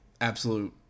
absolute